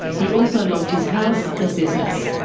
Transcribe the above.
he also lost his house and business.